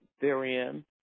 therein